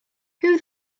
who